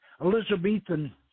Elizabethan